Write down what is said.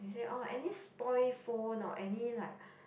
orh any spoil phone or any like